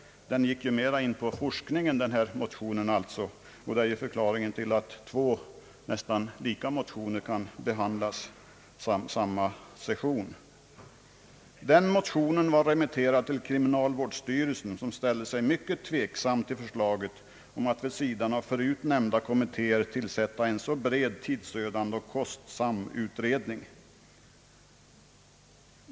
Den motionen gick mera in på forskningen, och det är förklaringen till att två nästan likadana motioner kan behandlas under samma session. Den remitterades till kriminalvårdsstyrelsen, som ställde sig mycket tveksam till förslaget att vid sidan om förut nämnda kommittéer tillsätta en så bred, tidsödande och kostsam ut redning.